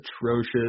atrocious